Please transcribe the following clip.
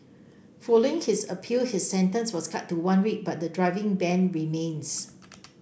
following his appeal his sentence was cut to one week but the driving ban remains